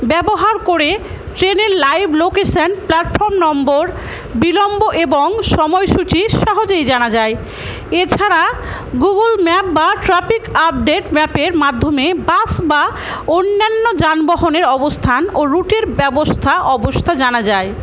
ব্যবহার করে ট্রেনের লাইভ লোকেশান প্ল্যাটফর্ম নম্বর বিলম্ব এবং সময়সূচি সহজেই জানা যায় এছাড়া গুগল ম্যাপ বা ট্রাফিক আপডেট ম্যাপের মাধ্যমে বাস বা অন্যান্য যানবাহনের অবস্থান ও রুটের ব্যবস্থা অবস্থা জানা যায়